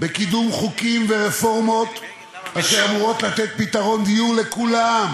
בקידום חוקים ורפורמות אשר אמורים לתת פתרון דיור לכולם,